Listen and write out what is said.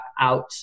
out